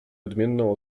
odmienną